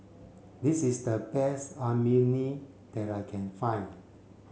this is the best Imoni that I can find